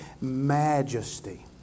majesty